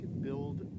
build